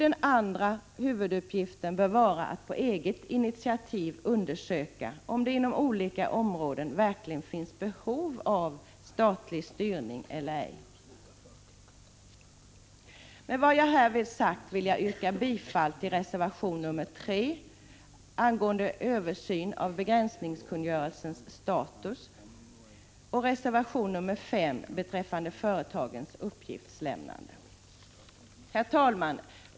Dess andra huvuduppgift borde vara att på eget initiativ undersöka om det inom olika områden verkligen finns behov av statlig styrning eller ej. Med vad jag nu sagt vill jag yrka bifall till reservation nr 3 angående översyn av begränsningskungörelsens status och reservation nr 5 beträffande företagens uppgiftslämnande. Herr talman!